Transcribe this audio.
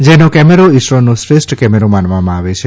જેનો કમરો ઇસરોનો શ્રેષ્ઠ કેમેરો માનવામાં આવે છે